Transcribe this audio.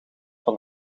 van